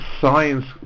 science